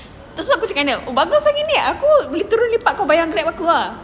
lepas tu aku cakap dengan dia oh bagus lah begini aku boleh turun lepak kau bayar Grab aku ah